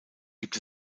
gibt